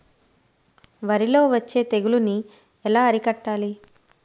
వరిలో వచ్చే తెగులని ఏలా అరికట్టాలి?